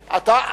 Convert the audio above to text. אדוני.